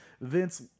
Vince